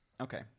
Okay